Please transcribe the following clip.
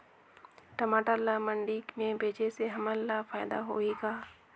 टमाटर ला मंडी मे बेचे से हमन ला फायदा होही का?